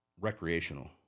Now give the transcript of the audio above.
recreational